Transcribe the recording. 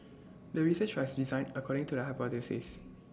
the research are designed according to the hypothesis